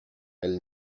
elle